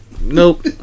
nope